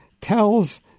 tells